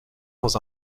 dans